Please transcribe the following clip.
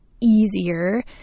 easier